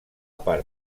part